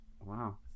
Wow